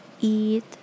eat